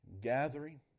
gathering